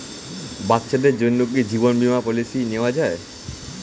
বাচ্চাদের জন্য কি জীবন বীমা পলিসি নেওয়া যায়?